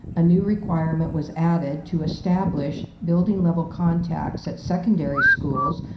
a new requirement was added to establish building level contacts at secondary schools,